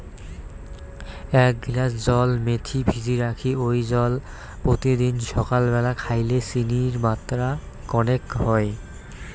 এ্যাক গিলাস জল মেথি ভিজি রাখি ওই জল পত্যিদিন সাকাল ব্যালা খাইলে চিনির মাত্রা কণেক হই